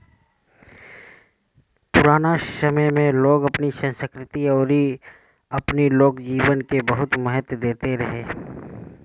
पुराना समय में लोग अपनी संस्कृति अउरी अपनी लोक जीवन के बहुते महत्व देत रहे